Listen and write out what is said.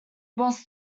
boss